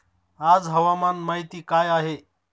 आज हवामान माहिती काय आहे?